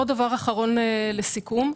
עוד דבר אחרון לסיכום,